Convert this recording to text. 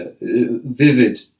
vivid